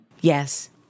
Yes